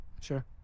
Sure